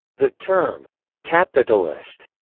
the term capitalist,